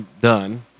done